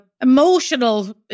emotional